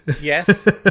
Yes